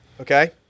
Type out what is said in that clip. okay